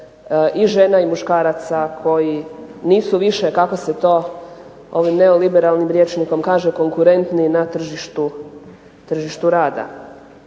i žena i muškaraca koji nisu više, kako se to ovim neoliberalnim rječnikom kaže, konkurentni na tržištu rada.